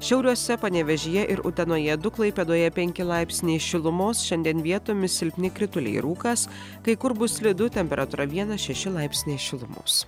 šiauliuose panevėžyje ir utenoje du klaipėdoje penki laipsniai šilumos šiandien vietomis silpni krituliai rūkas kai kur bus slidu temperatūra vienas šeši laipsniai šilumos